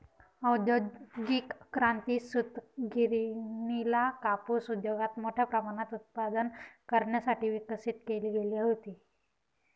औद्योगिक क्रांती, सूतगिरणीला कापूस उद्योगात मोठ्या प्रमाणात उत्पादन करण्यासाठी विकसित केली गेली होती